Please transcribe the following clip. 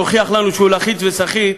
להוכיח לנו שהוא לחיץ וסחיט,